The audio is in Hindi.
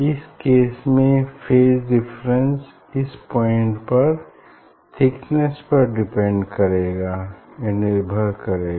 इस केस में फेज डिफरेंस इस पॉइंट पर थिकनेस पर डिपेंड करेगा निर्भर करेगा